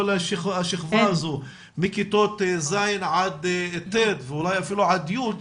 כל השכבה מכיתות ז'-ט' ואולי אפילו עד י',